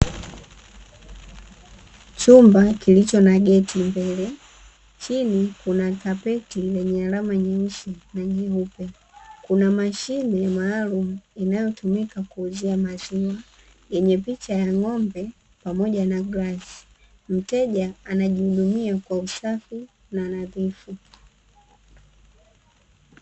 Chumba kilicho na geti mbele, chini kunakapeti lenye alama nyeusi na nyeupe, kuna mashine maalumu inayotumika kuuzia maziwa yenye picha ya ng’ombe pamoja na glasi, mteja anajihudumia kwa usafi na nadhifu.